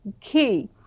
key